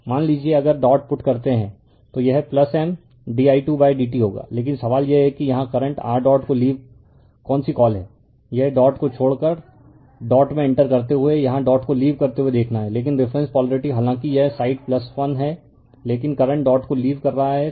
मान लीजिए अगर डॉट पुट करते है तो यह M di2by dt होगा लेकिन सवाल यह है कि यहाँ करंट r डॉट को लीव कौन सी कॉल है यह डॉट को छोड़कर डॉट में इंटर करते हुए या डॉट को लीव करते हुए देखना है लेकिन रिफरेन्स पोलरिटी हालांकि यह साइड 1 है लेकिन करंट डॉट को लीव कर रहा है